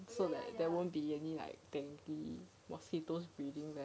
so there won't be any like dengue mosquitoes breeding